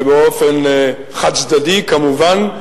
באופן חד-צדדי כמובן,